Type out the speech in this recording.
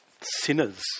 sinners